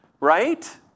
Right